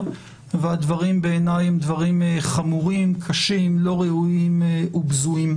וגם על הדבר הזה ראוי למחות,